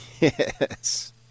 Yes